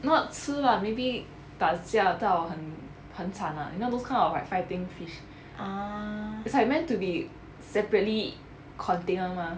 not 吃 lah maybe 打架到很很惨 ah you know those kind of like fighting fish it's like meant to be separately contained [one] mah